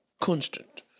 constant